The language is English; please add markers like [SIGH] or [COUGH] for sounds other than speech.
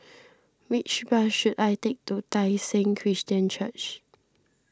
[NOISE] which bus should I take to Tai Seng Christian Church